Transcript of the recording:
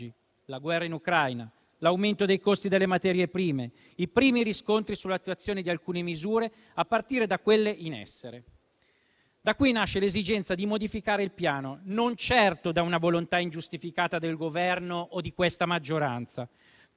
la guerra in Ucraina, l'aumento dei costi delle materie prime e i primi riscontri sull'attuazione di alcune misure, a partire da quelle in essere. Da qui nasce l'esigenza di modificare il Piano, non certo da una volontà ingiustificata del Governo o di questa maggioranza: